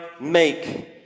make